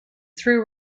threw